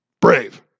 Brave